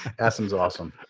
asim's awesome.